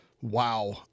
Wow